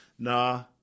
Nah